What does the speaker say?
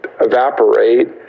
evaporate